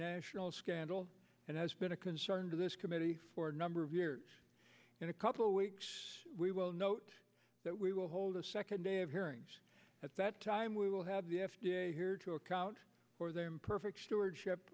national scandal and has been a concern to this committee for a number of years in a couple weeks we will note that we will hold a second day of hearings at that time we will have the f d a here to account for their imperfect stewardship